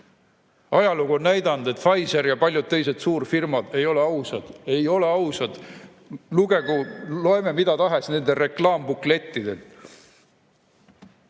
Ajalugu on näidanud, et Pfizer ja paljud teised suurfirmad ei ole ausad – ei ole ausad! –, kuigi me loeme mida tahes nende reklaambuklettidelt.